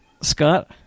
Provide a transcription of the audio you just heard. Scott